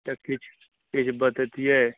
तऽ किछु किछु बतैतियै